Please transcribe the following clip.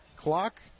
clock